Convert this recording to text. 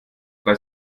drei